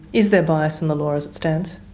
is there bias in the law as it stands?